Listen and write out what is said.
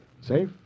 Safe